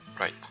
Right